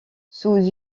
sous